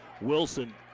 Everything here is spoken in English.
Wilson